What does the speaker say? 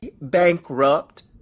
bankrupt